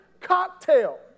cocktail